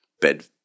bed